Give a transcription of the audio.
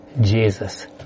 Jesus